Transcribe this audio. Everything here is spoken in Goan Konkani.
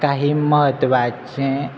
काही म्हत्वाचें